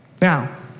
Now